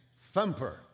Thumper